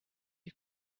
you